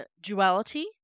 duality